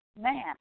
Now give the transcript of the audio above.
man